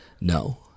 No